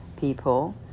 people